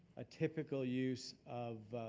a typical use of